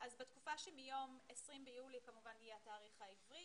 בתקופה שמיום 20 ביולי 2020 כמובן יהיה גם התאריך העברי